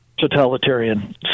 totalitarian